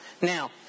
Now